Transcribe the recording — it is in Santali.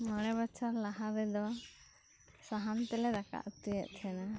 ᱢᱚᱬᱮ ᱵᱚᱪᱷᱚᱨ ᱞᱟᱦᱟ ᱨᱮᱫᱚ ᱥᱟᱦᱟᱱ ᱛᱮᱞᱮ ᱫᱟᱠᱟ ᱩᱛᱩ ᱭᱮᱫ ᱛᱟᱦᱮᱸᱫᱼᱟ